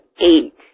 eight